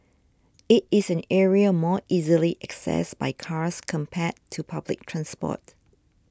it is an area more easily accessed by cars compared to public transport